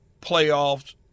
playoffs